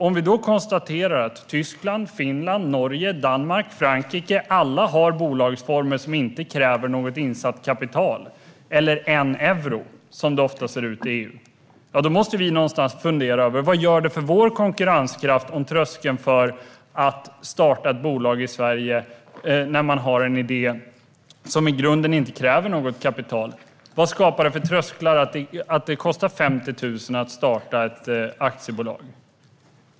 Om vi konstaterar att Tyskland, Finland, Norge, Danmark och Frankrike alla har bolagsformer som inte kräver något insatt kapital - eller en euro, som det ofta ser ut i EU - måste vi någonstans fundera. Vad gör det för vår konkurrenskraft om det finns en tröskel för att starta ett bolag i Sverige när man har en idé som i grunden inte kräver något kapital? Vad skapar det för trösklar att det kostar 50 000 kronor att starta ett aktiebolag?